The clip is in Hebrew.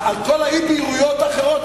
כל האי-בהירויות האחרות,